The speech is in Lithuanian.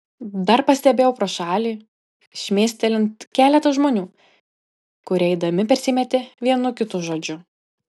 dar pastebėjau pro šalį šmėstelint keletą žmonių kurie eidami persimetė vienu kitu žodžiu